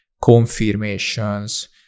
confirmations